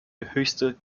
höchste